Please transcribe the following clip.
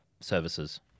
services